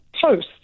post